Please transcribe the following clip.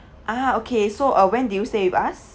ah okay so uh when did you stay with us